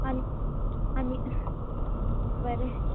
आनी आनी बरें